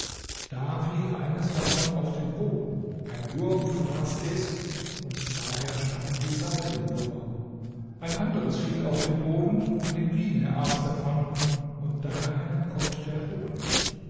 da fiel eines davon auf den boden ein wurm fraß es und daher stammen die seidenwürmer ein anderes fiel auf den boden eine biene aß davon und daher kommt der honig